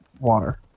water